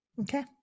Okay